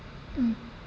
mm